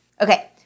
Okay